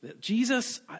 Jesus